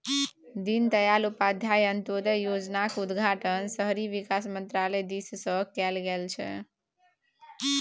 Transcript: दीनदयाल उपाध्याय अंत्योदय योजनाक उद्घाटन शहरी विकास मन्त्रालय दिससँ कैल गेल छल